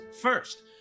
First